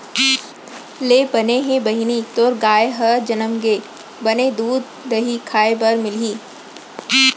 ले बने हे बहिनी तोर गाय ह जनम गे, बने दूद, दही खाय बर मिलही